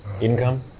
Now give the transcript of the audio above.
income